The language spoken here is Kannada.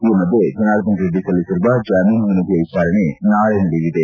ಈ ಮಧ್ಯೆ ಜನಾರ್ದನರೆಡ್ಡಿ ಸಲ್ಲಿಸಿರುವ ಜಾಮೀನು ಮನವಿಯ ವಿಚಾರಣೆ ನಾಳೆ ನಡೆಯಲಿದೆ